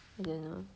I didn't know